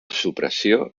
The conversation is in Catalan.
supressió